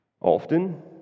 often